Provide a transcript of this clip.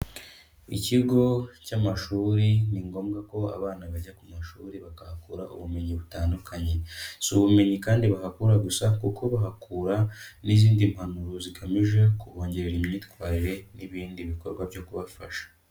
Ikigo cy'amashuri ni ngombwa ko abana bajya ku mashuri bakahakura ubumenyi butandukanye. Si ubumenyi kandi bahakura gusa kuko bahakura n'izindi mpanuro zigamije kubongerera imyitwarire n'ibindi bikorwa byo kubafasha.